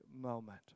moment